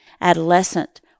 Adolescent